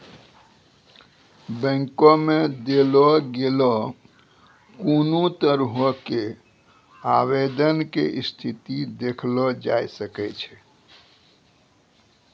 बैंको मे देलो गेलो कोनो तरहो के आवेदन के स्थिति देखलो जाय सकै छै